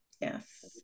Yes